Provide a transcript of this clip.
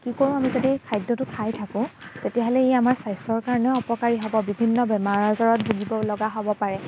কি কৰোঁ আমি যদি খাদ্যটো খাই থাকোঁ তেতিয়াহ'লে ই আমাৰ স্বাস্থ্যৰ কাৰণেও অপকাৰী হ'ব বিভিন্ন বেমাৰ আজাৰত ভুগিব লগা হ'ব পাৰে